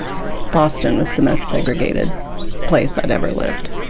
boston was the most segregated place i'd ever lived.